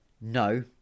No